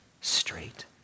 straight